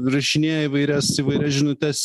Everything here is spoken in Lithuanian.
rašinėja įvairias įvairias žinutes